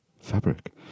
Fabric